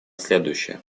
следующее